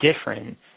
different